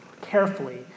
carefully